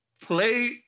play